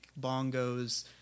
bongos